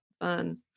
fun